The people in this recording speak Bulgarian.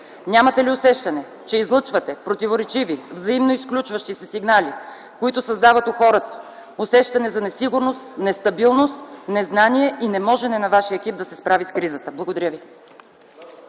нямате ли усещане, че излъчвате противоречиви, взаимно изключващи се сигнали, които създават у хората усещане за несигурност, нестабилност, незнание и неможене на Вашия екип да се справи с кризата? Благодаря ви.